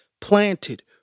planted